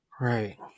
right